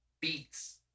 Beats